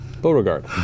Beauregard